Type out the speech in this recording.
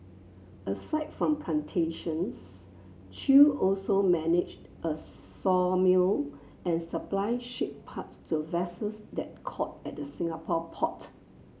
aside from plantations Chew also managed a sawmill and supplied ship parts to vessels that called at the Singapore port